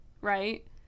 right